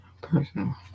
Personal